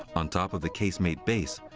on top of the casemate base,